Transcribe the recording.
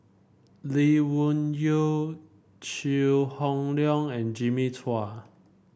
Lee Wung Yew Chew Hock Leong and Jimmy Chua